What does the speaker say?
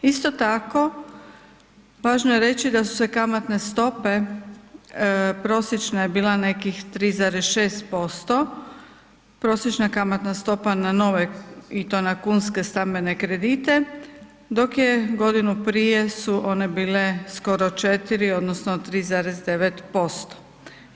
Isto tako važno je reći da su se kamatne stope, prosječna je bila nekih 3,6%, prosječna kamatna stopa na nove i to na kunske stambene kredite, dok je godinu prije su one bile skoro 4 odnosno 3,9%